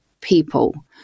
people